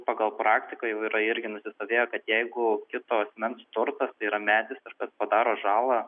pagal praktiką jau yra irgi nusistovėję kad jeigu kito asmens turtas tai yra medis ar kas padaro žalą